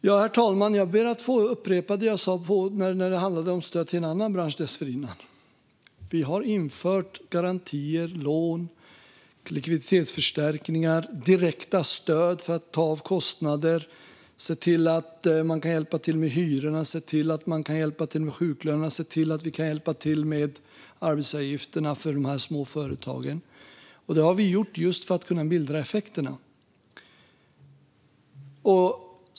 Jag ber, herr talman, att få upprepa det jag sa innan när det handlade om stöd till en annan bransch: Vi har infört garantier, lån, likviditetsförstärkningar och direkta stöd för att ta kostnader, hjälpa till med hyror, sjuklöner och arbetsgivaravgifter för små företag. Det har vi gjort just för att mildra effekterna.